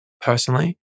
personally